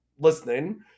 listening